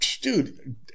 Dude